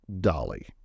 Dolly